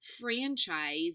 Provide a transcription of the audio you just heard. franchise